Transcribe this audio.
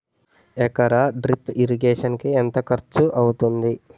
ఎకర drip irrigation కి ఎంత ఖర్చు అవుతుంది?